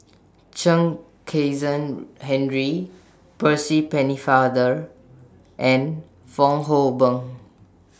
Chen Kezhan Henri Percy Pennefather and Fong Hoe Beng